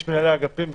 יש מנהלי אגפים וכו'.